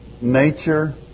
nature